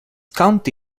county